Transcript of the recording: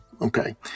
Okay